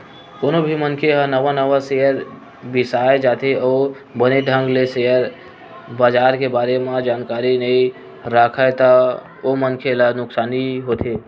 कोनो भी मनखे ह नवा नवा सेयर बिसाना चाहथे अउ बने ढंग ले सेयर बजार के बारे म जानकारी नइ राखय ता ओ मनखे ला नुकसानी होथे ही